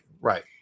right